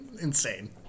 Insane